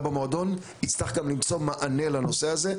במועדון יצטרך גם למצוא מענה לנושא הזה.